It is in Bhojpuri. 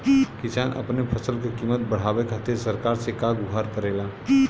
किसान अपने फसल क कीमत बढ़ावे खातिर सरकार से का गुहार करेला?